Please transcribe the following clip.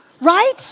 right